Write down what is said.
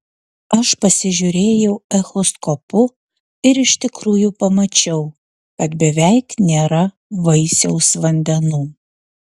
aš pasižiūrėjau echoskopu ir iš tikrųjų pamačiau kad beveik nėra vaisiaus vandenų